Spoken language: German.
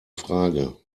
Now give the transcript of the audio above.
frage